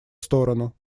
сторону